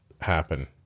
happen